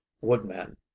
woodman